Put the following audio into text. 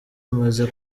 amaze